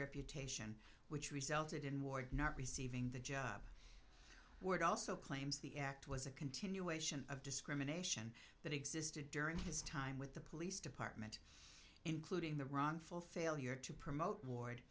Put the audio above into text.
reputation which resulted in ward not receiving the job word also claims the act was a continuation of discrimination that existed during his time with the police department including the wrongful failure to promote ward